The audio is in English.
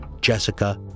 Jessica